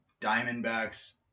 Diamondbacks